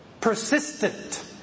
persistent